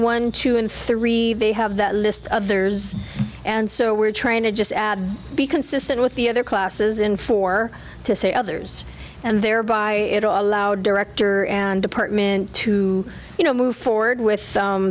one two and three they have that list of theirs and so we're trying to just add be consistent with the other classes in four to say others and thereby allow director and department to you know move forward with